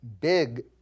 big